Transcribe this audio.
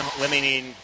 limiting